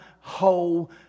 whole